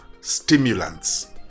stimulants